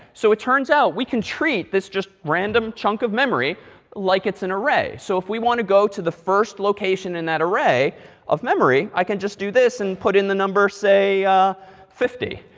so it turns out we can treat this just random chunk of memory like it's an array. so if we want to go to the first location in that array of memory, i can just do this and put in the number say fifty.